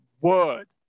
word